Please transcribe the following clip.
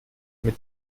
mit